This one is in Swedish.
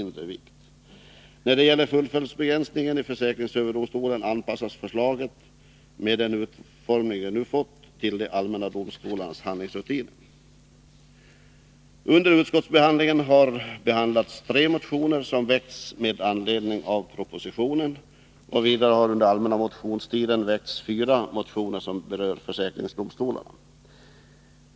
När det gäller fullföljdsbegränsning i försäkringsöverdomstolen anpassas förslaget med nuvarande utformning till de allmänna domstolarnas handläggningsrutiner. Utskottet har behandlat tre motioner, som har väckts med anledning av propositionen. Vidare har under allmänna motionstiden väckts fyra motioner som berör föräkringsdomstolarna.